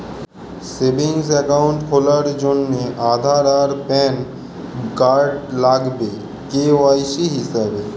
savings account খোলার জন্যে আধার আর প্যান কার্ড লাগবে কে.ওয়াই.সি হিসেবে